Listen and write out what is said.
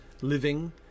living